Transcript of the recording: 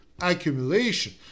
accumulation